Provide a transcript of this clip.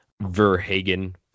Verhagen